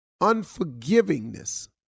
unforgivingness